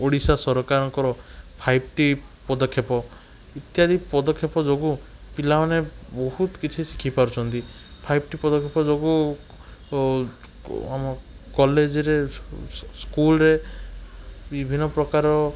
ଓଡ଼ିଶା ସରକାରଙ୍କର five T ପଦକ୍ଷେପ ଇତ୍ୟାଦି ପଦକ୍ଷେପ ଯୋ ପିଲାମାନେ ବହୁତ କିଛି ଶିଖିପାରୁଛନ୍ତି ଫାଇବ୍ ଟି ପଦକ୍ଷେପ ଯୋଗୁଁ ଆମ କଲେଜରେ ସ୍କୁଲରେ ବିଭିନ୍ନପ୍ରକାର